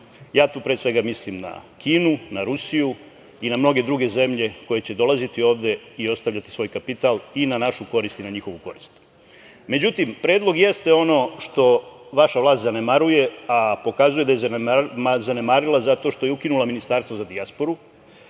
Tu pre svega mislim na Kinu, na Rusiju i na mnoge druge zemlje koje će dolaziti ovde i ostavljati svoj kapital i na našu korist i na njihovu korist.Međutim, predlog jeste ono što vaša vlast zanemaruje, a pokazuje da je zanemarila zato što je ukinula ministarstvo za dijasporu,